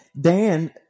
Dan